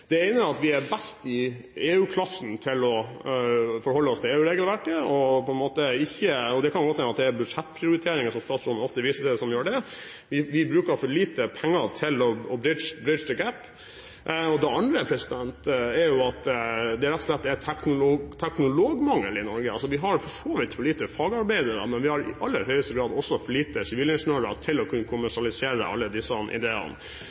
til, at det er budsjettprioriteringer som er grunnen til det, at vi bruker for lite penger til å «bridge the gap». Den andre årsaken er at det rett og slett er teknologmangel i Norge. Vi har for så vidt for lite fagarbeidere, men vi har i aller høyeste grad også for lite sivilingeniører til å kunne kommersialisere alle disse ideene.